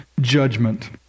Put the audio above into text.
judgment